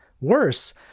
Worse